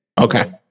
Okay